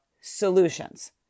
solutions